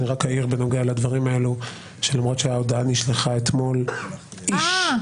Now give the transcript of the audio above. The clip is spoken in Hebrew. אני רק אעיר בנוגע לדברים האלו שלמרות שההודעה נשלחה אתמול איש -- אה,